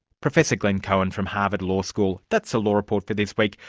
professor glenn cohen from harvard law school. that's the law report for this week.